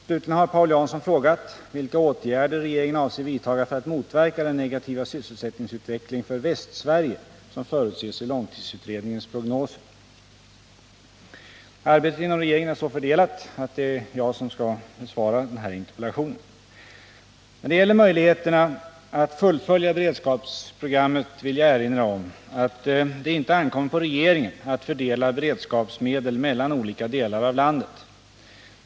Slutligen har Paul Jansson frågat vilka åtgärder regeringen avser vidtaga för att motverka den negativa sysselsättningsutveckling för Västsverige som förutses i långtidsutredningens prognoser. Arbetet inom regeringen är så fördelat att det är jag som skall svara på interpellationen. När det gäller möjligheterna att fullfölja beredskapsprogrammet vill jag erinra om att det inte ankommer på regeringen att fördela beredskapsmedel mellan olika delar av landet.